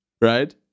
right